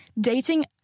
dating